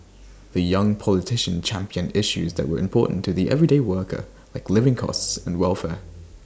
the young politician championed issues that were important to the everyday worker like living costs and welfare